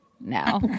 now